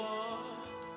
one